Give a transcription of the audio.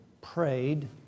prayed